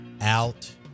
out